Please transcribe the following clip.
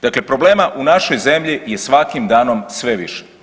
Dakle, problema u našoj zemlji je svakim danom sve više.